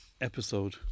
episode